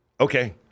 Okay